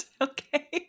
Okay